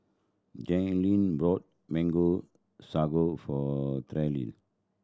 Jerrilyn brought Mango Sago for Terell